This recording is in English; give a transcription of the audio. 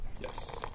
Yes